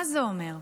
מה זה אומר?